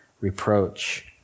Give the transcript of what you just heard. reproach